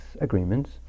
agreements